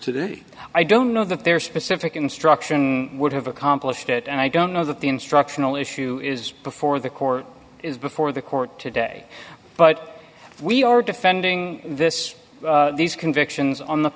today i don't know that their specific instruction would have accomplished it and i don't know that the instructional issue is before the court is before the court today but we are defending this these convictions on the